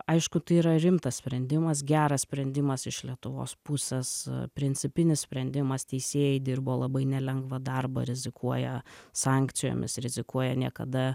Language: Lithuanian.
aišku tai yra rimtas sprendimas geras sprendimas iš lietuvos pusės principinis sprendimas teisėjai dirbo labai nelengvą darbą rizikuoja sankcijomis rizikuoja niekada